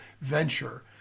venture